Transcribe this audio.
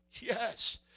yes